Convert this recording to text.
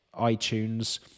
iTunes